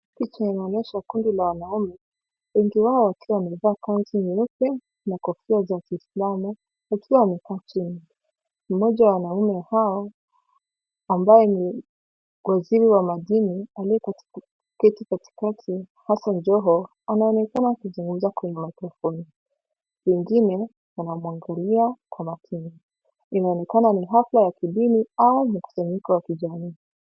Picha inaonyesha kundi la wanaume. Wengi wao wakiwa wamevaa kanzu nyeupe na kofia za kiislamu wakiwa wamekaa chini. Mmoja wa wanaume hao ambaye ni waziri wa madini aliye katika kiti katikati haswa joho anaonekana kuzungumza wengine wanamuangalia kwa makini inaonekana ni hafla ya kidini au mkusanyiko wa kijamii.